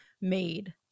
made